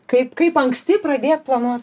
kaip kaip anksti pradėt planuot